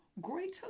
greater